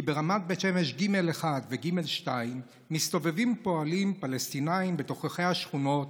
כי ברמת בית שמש ג'1 וג'2 מסתובבים פועלים פלסטינים בתוככי השכונות,